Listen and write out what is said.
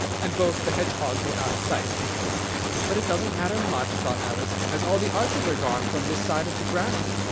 and both the hedgehogs were out of sight but it doesn't matter much, thought alice, as all the arches are gone from this side of the ground.